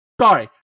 Sorry